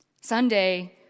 Sunday